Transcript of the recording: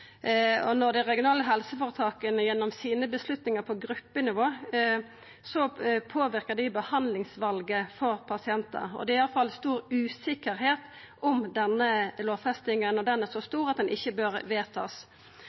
dei regionale helseføretaka gjennom sine avgjerder på gruppenivå kan påverka behandlingsvalet for pasientar. Det er i alle fall stor usikkerheit om denne lovfestinga er så stor at ho ikkje bør